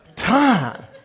Time